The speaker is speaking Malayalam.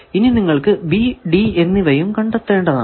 ഇനി നിങ്ങൾക്കു B D എന്നിവയും കണ്ടെത്തേണ്ടതാണ്